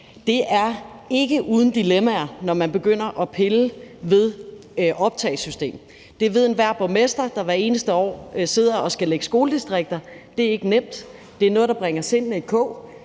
Det er ikke uden dilemmaer, når man begynder at pille ved et optagesystem. Det ved enhver borgmester, der hvert eneste år sidder og skal planlægge skoledistrikter. Det er ikke er nemt, og det er noget, der bringer sindene i kog.